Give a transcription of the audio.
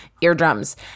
eardrums